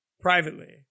privately